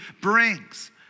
brings